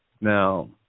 Now